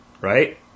right